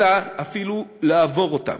אלא אפילו לעבור אותם.